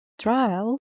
Trial